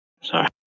Sorry